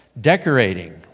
decorating